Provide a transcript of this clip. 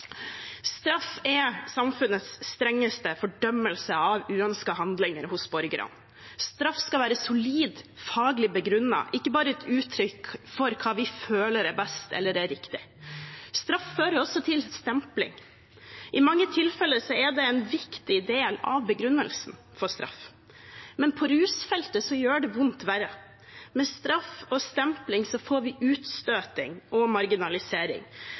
Straff er samfunnets strengeste fordømmelse av uønskede handlinger hos borgerne. Straff skal være solid faglig begrunnet, ikke bare et uttrykk for hva vi føler er best eller riktig. Straff fører også til stempling. I mange tilfeller er det en viktig del av begrunnelsen for straff. Men på rusfeltet gjør det vondt verre. Med straff og stempling får vi utstøting og marginalisering.